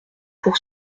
pour